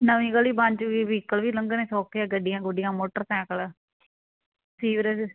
ਨਵੀਂ ਗਲੀ ਬਣ ਜਾਉਗੀ ਵਹੀਕਲ ਵੀ ਲੰਘਣੇ ਸੌਖੇ ਆ ਗੱਡੀਆਂ ਗੁੱਡੀਆਂ ਮੋਟਰਸੈਕਲ ਸੀਵਰੇਜ